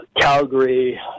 Calgary